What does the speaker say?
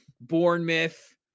Bournemouth